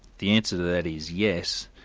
the answer to that is yes,